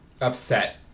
upset